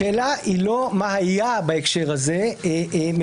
השאלה היא לא מה היה בהקשר הזה מבחינת